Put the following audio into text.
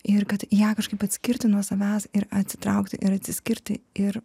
ir kad ją kažkaip atskirti nuo savęs ir atsitraukti ir atsiskirti ir